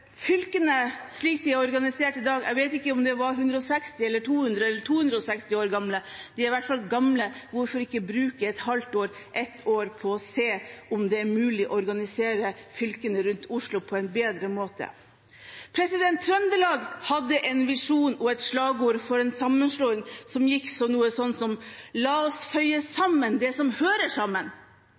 Fylkene, slik de er organisert i dag, er gamle – jeg vet ikke om de er 160, 200 eller 260 år gamle. Hvorfor ikke bruke et halvt år eller ett år på å se om det er mulig å organisere fylkene rundt Oslo på en bedre måte? Trøndelag hadde en visjon og et slagord for sammenslåing som gikk omtrent slik: La oss føye sammen det som hører sammen.